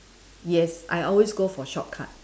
yes I always go for shortcut